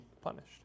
punished